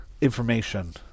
information